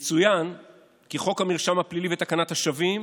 יצוין כי חוק המרשם הפלילי ותקנת השבים